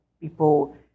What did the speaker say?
People